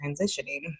transitioning